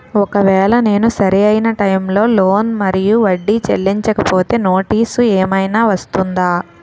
ఒకవేళ నేను సరి అయినా టైం కి లోన్ మరియు వడ్డీ చెల్లించకపోతే నోటీసు ఏమైనా వస్తుందా?